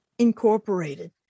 Incorporated